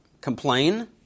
complain